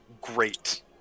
great